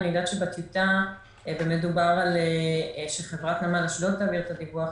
אני יודעת שבטיוטה מדובר שחברת נמל אשדוד תעלה את הדיווח.